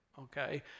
okay